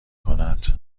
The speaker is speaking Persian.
کند